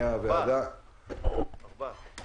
הוועדה --- ארבעת דיוני הוועדה.